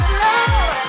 love